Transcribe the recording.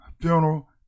funeral